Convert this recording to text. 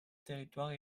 territoire